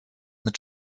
mit